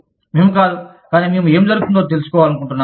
మేము కాదు కానీ మేము ఏమి జరుగుతుందో తెలుసుకోవాలనుకుంటున్నాము